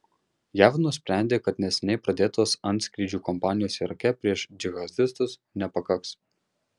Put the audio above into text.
jav nusprendė kad neseniai pradėtos antskrydžių kampanijos irake prieš džihadistus nepakaks